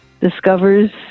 discovers